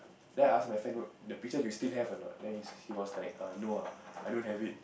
then I ask my friend the picture you still have a not then he say he was like err no ah I don't have it